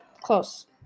close